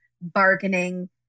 bargaining